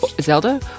Zelda